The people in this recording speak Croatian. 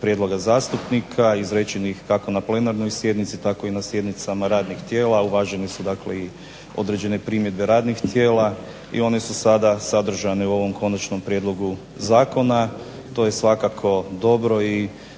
prijedloga zastupnika izrečenih kako na plenarnoj sjednici, tako i na sjednicama radnog tijela uvaženi su dakle i određene primjedbe radnih tijela i one su sada sadržane u ovom Konačnom prijedlogu zakona, to je svakako dobro i